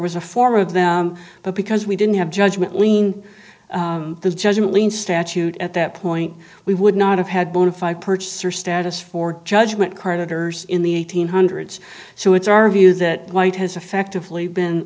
was a form of them but because we didn't have judgment lien the judgment lien statute at that point we would not have had bona fide purchaser status for judgment creditor's in the eighteen hundreds so it's our view that white has effectively been